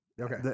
okay